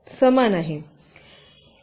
1516 आणि 17